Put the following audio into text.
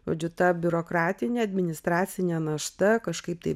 žodžiu ta biurokratinė administracinė našta kažkaip tai